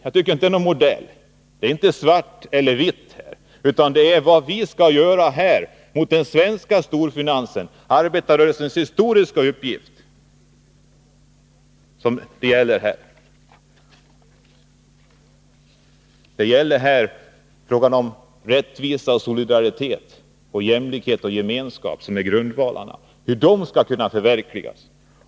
Jag tycker inte att den modell man har där är något att diskutera. Det är inte fråga om vad som är svart eller vitt, utan om vad vi skall göra här mot den svenska storfinansen. Det är arbetarrörelsens historiska uppgift. Det är fråga om rättvisa, solidaritet, jämlikhet och gemenskap och om hur målet att skapa dessa grundvalar skall kunna förverkligas.